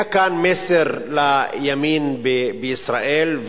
היה כאן מסר לימין בישראל,